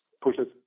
pushes